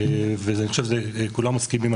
ואני חושב שעל זה כולם מסכימים,